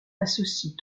associe